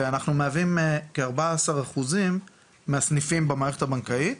ואנחנו מהווים כ-14% מהסניפים במערכת הבנקאית.